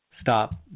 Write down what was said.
stop